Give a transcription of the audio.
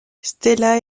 stella